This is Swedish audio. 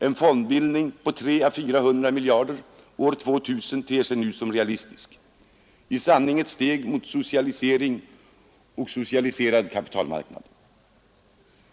En fondbildning på 300 å 400 miljarder år 2000 ter 89 sig nu som realistisk — i sanning ett steg mot socialism och socialiserad kapitalmarknad.